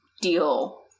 deal